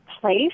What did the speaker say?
place